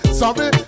sorry